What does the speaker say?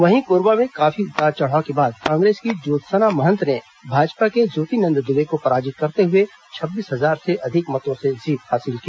वहीं कोरबा में काफी उतार चढ़ाव के बाद कांग्रेस की ज्योत्सना महंत ने भाजपा के ज्योतिनंद दुबे को पराजित करते हए छब्बीस हजार से अधिक मतों से जीत हासिल की